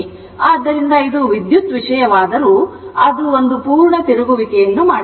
ಆದ್ದರಿಂದ ಇದು ವಿದ್ಯುತ್ ವಿಷಯವಾದರೂ ಅದು ಒಂದು ಪೂರ್ಣ ತಿರುಗುವಿಕೆಯನ್ನು ಮಾಡುತ್ತದೆ